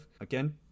again